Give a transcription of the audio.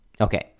okay